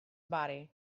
body